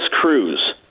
Cruz